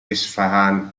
isfahan